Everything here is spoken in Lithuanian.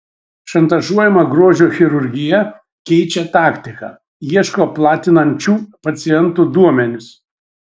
šantažuojama grožio chirurgija keičia taktiką ieško platinančių pacientų duomenis